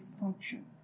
function